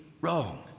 wrong